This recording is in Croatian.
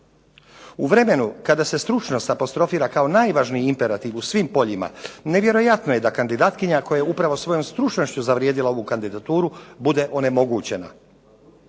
U vremenu kada se stručnost apostrofira kao najvažniji imperativ u svim poljima nevjerojatno je da kandidatkinja koja je upravo svojom stručnošću zavrijedila ovu kandidaturu bude onemogućena.